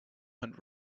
hunt